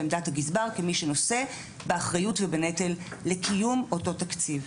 ועמדת הגזבר כמי שנושא באחריות ובנטל לקיום אותו תקציב.